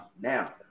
now